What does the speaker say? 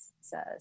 says